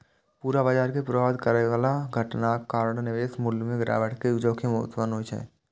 पूरा बाजार कें प्रभावित करै बला घटनाक कारण निवेश मूल्य मे गिरावट के जोखिम उत्पन्न होइ छै